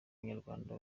banyarwanda